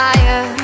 Fire